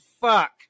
fuck